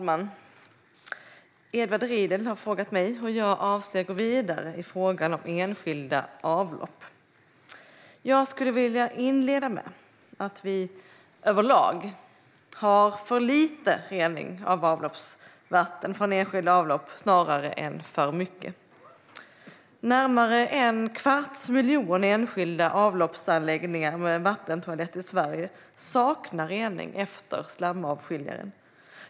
Herr talman! har frågat mig hur jag avser att gå vidare i frågan om enskilda avlopp. Jag skulle vilja inleda med att vi överlag har för lite rening av avloppsvatten från enskilda avlopp snarare än för mycket. Närmare en kvarts miljon enskilda avloppsanläggningar med vattentoalett i Sverige saknar rening efter slamavskiljaren.